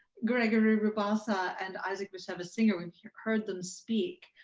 gregory rabassa and isaac bashevis singer when you heard them speak.